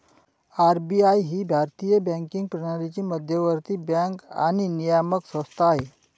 RBI ही भारतीय banking प्रणालीची मध्यवर्ती बँक आणि नियामक संस्था आहे